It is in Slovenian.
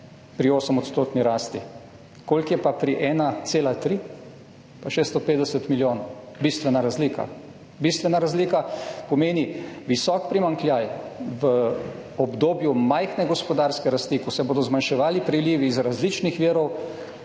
pri 8-odstotni rasti. Koliko je pa pri 1,3? Je pa 650 milijonov. Bistvena razlika. Bistvena razlika. Visok primanjkljaj v obdobju majhne gospodarske rasti, ko se bodo zmanjševali prilivi iz različnih virov,